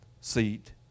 seat